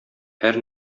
һәр